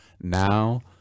now